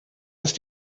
ist